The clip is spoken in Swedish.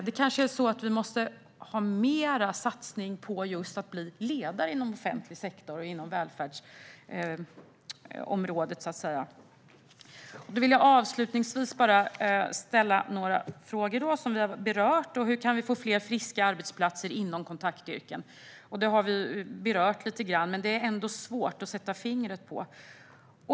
Vi kanske måste ha mera satsningar just på att bli ledare inom offentlig sektor och inom välfärdsområdet. Jag vill avslutningsvis bara ställa några frågor som vi har berört. Hur kan vi få fler friska arbetsplatser inom kontaktyrken? Det har vi berört lite grann, men det är ändå svårt att sätta fingret på.